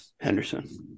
Henderson